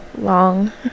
long